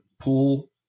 pool